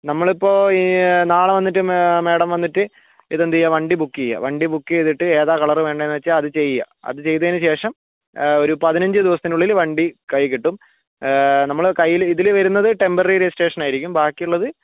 നമ്മളിപ്പോൾ ഈ നാളെ വന്നിട്ട് മാഡം വന്നിട്ട് ഇതെന്ത് ചെയ്യുക വണ്ടി ബുക്ക് ചെയ്യുക വണ്ടി ബുക്ക് ചെയ്തിട്ട് ഏതാണ് കളറ് വേണ്ടതെന്നു വച്ചാൽ അത് ചെയ്യുക അത് ചെയ്തതിനുശേഷം ഒരു പതിനഞ്ചു ദിവസത്തിന് ഉള്ളിൽ വണ്ടി കയ്യിൽക്കിട്ടും നമ്മൾ കയ്യിൽ ഇതിൽ വരുന്നത് ടെമ്പററി രജിസ്ട്രേഷൻ ആയിരിക്കും ബാക്കിയിള്ളത്